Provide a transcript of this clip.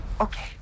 Okay